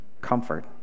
comfort